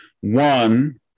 One